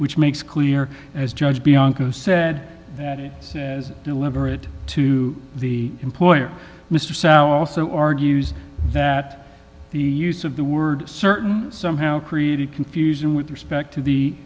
which makes clear as judge bianco said that it says deliberate to the employer mr sauer also argues that the use of the word certain somehow created confusion with respect to the